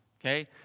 Okay